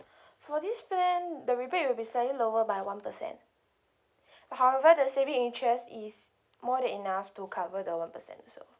for this plan the rebate will be slightly lower by one percent but however the saving interest is more than enough to cover the one percent also